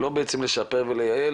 זה לא לשפר ולייעל,